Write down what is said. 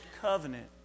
covenant